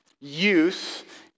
youth